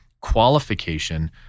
qualification